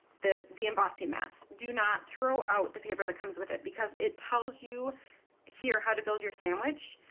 the the embossing mats do not throw out the paper that comes with it because it tells you here how to build your sandwich.